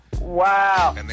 Wow